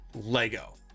Lego